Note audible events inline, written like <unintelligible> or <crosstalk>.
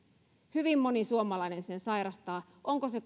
hyvin moni suomalainen sen sairastaa onko se <unintelligible>